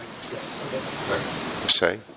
say